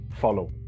follow